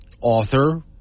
author